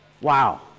wow